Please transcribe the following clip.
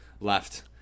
left